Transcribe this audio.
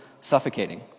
suffocating